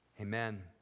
Amen